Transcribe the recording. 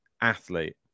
athlete